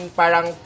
parang